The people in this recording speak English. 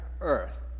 earth